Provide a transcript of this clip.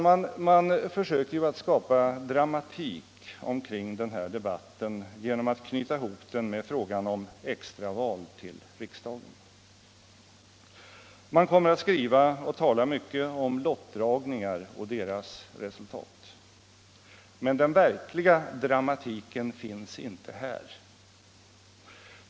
Man försöker att skapa dramatik omkring denna debatt genom att knyta ihop den med frågan om extraval till riksdagen. Man kommer att skriva och tala mycket om lottdragningar och deras resultat. Men den verkliga dramatiken finns inte här.